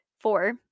Four